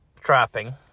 trapping